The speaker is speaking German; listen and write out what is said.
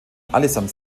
allesamt